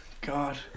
god